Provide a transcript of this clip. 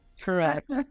Correct